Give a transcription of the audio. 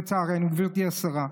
לצערנו, גברתי השרה,